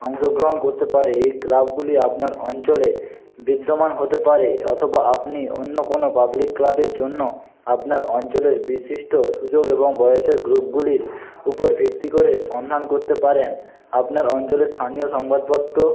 অংশগ্রহণ করতে পারে এই ক্লাবগুলি আপনার অঞ্চলে বিদ্যমান হতে পারে অথবা আপনি অন্য কোনো পাবলিক ক্লাবের জন্য আপনার অঞ্চলের বিশিষ্ট সুযোগ এবং বয়েসের গ্রুপগুলির উপর ভিত্তি করে সন্ধান করতে পারেন আপনার অঞ্চলের স্থানীয় সংবাদপত্র